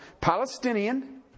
Palestinian